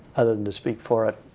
other than to speak for it.